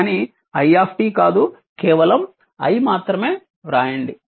కానీ i కాదు కేవలం i మాత్రమే వ్రాయండి